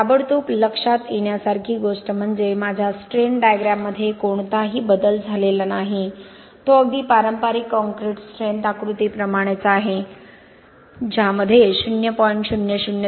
ताबडतोब लक्षात येण्यासारखी गोष्ट म्हणजे माझ्या स्ट्रेन डायग्राममध्ये कोणताही बदल झालेला नाही तो अगदी पारंपारिक कॉंक्रिट स्ट्रेंथ आकृतीप्रमाणेच आहे ज्यामध्ये 0